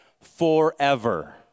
forever